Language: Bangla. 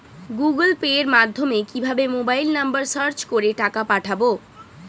গুগোল পের মাধ্যমে কিভাবে মোবাইল নাম্বার সার্চ করে টাকা পাঠাবো?